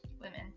Women